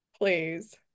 Please